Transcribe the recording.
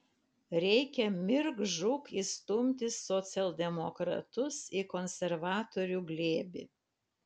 reikia mirk žūk įstumti socialdemokratus į konservatorių glėbį